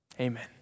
Amen